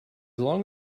long